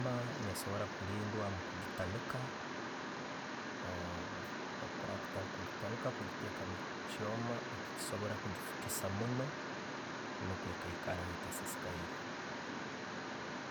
Enyaama nesoborwa gilindwa mugitaaliika, oburaba butagiitaliika, kugiteeka omukyooma ekikusobora gifukiisa muuno nukwo akaikara etasiisikaire.